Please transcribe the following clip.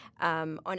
on